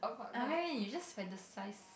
I meant you just fantasize